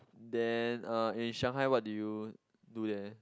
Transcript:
then uh in Shanghai what did you do there